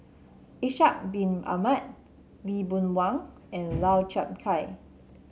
Ishak Bin Ahmad Lee Boon Wang and Lau Chiap Khai